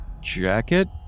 jacket